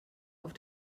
auf